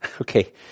Okay